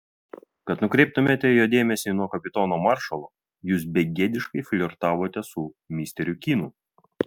kad nukreiptumėte jo dėmesį nuo kapitono maršalo jūs begėdiškai flirtavote su misteriu kynu